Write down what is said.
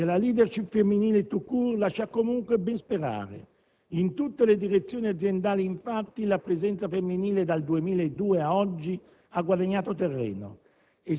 della *leadership* femminile *tout court* lascia comunque ben sperare. In tutte le direzioni aziendali, infatti, la presenza femminile dal 2002 ad oggi ha guadagnato terreno.